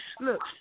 Look